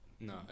No